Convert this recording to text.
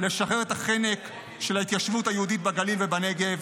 מחויבות לשחרר את החנק של ההתיישבות היהודית בגליל ובנגב.